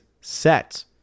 set